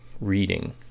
reading